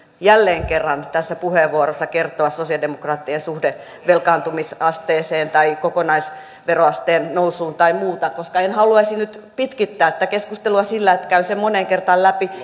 jälleen kerran tässä puheenvuorossa kertoa sosialidemokraattien suhde velkaantumisasteeseen tai kokonaisveroasteen nousuun tai muuta koska en haluaisi nyt pitkittää tätä keskustelua sillä että käyn sen moneen kertaan läpi